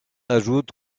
ajoute